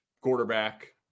quarterback